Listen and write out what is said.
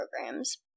programs